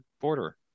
border